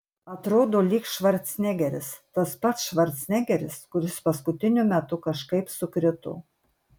atrodo lyg švarcnegeris tas pats švarcnegeris kuris paskutiniu metu kažkaip sukrito